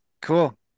Cool